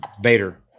Bader